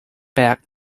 back